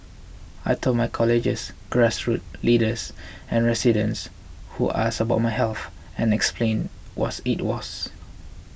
I told my colleagues grassroots leaders and residents who asked about my health and explained was it was